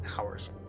hours